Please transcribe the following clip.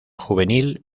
juvenil